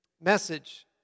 message